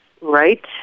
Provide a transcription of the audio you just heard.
right